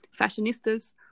fashionistas